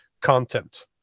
content